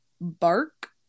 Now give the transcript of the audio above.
bark